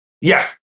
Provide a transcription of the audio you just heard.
Yes